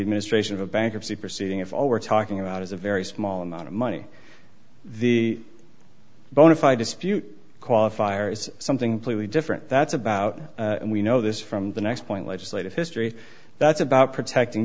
administration of a bankruptcy proceeding of all we're talking about is a very small amount of money the bonafide dispute qualifier is something ple different that's about and we know this from the next point legislative history that's about protecting